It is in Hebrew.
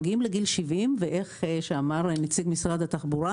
מגיעים לגיל 70 וכפי שאמר נציג משרד התחבורה